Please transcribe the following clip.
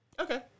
Okay